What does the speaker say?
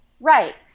Right